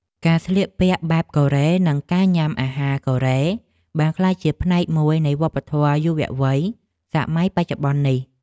ការស្លៀកពាក់បែបកូរ៉េនិងការញ៉ាំអាហារកូរ៉េបានក្លាយជាផ្នែកមួយនៃវប្បធម៌យុវវ័យសម័យបច្ចុប្បន្ននេះ។